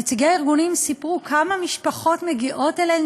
נציגי הארגונים סיפרו כמה משפחות מגיעות אליהם